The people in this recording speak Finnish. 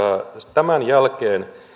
tämän jälkeen